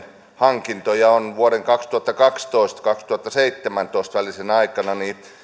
hankintoja on vuosien kaksituhattakaksitoista ja kaksituhattaseitsemäntoista välisenä aikana